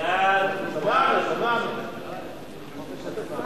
להעביר את הצעת חוק שחרור על-תנאי